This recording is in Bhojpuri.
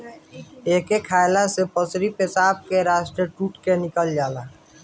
एके खाएला से पथरी पेशाब के रस्ता टूट के निकल जाला